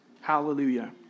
Hallelujah